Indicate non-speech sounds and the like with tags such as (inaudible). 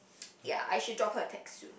(noise) ya I should drop her a text soon